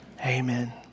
Amen